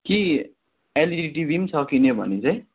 कि LED TV पनि छ किन्यो भने चाहिँ